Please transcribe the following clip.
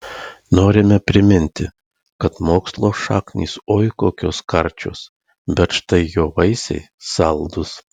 norime priminti kad mokslo šaknys oi kokios karčios bet štai jo vaisiai saldūs